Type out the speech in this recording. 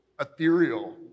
ethereal